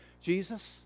Jesus